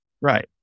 Right